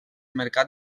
mercat